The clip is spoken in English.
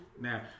Now